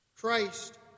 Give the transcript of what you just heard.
Christ